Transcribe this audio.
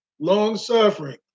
long-suffering